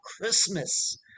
christmas